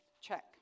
Check